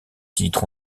titres